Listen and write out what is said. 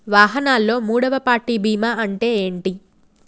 వాహనాల్లో మూడవ పార్టీ బీమా అంటే ఏంటి?